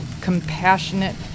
compassionate